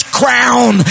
crown